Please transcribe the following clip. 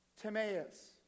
Timaeus